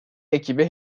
ekibi